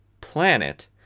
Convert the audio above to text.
planet